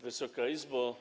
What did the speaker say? Wysoka Izbo!